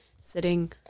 sitting